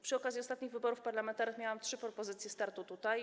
Przy okazji ostatnich wyborów parlamentarnych miałam trzy propozycje startu tutaj.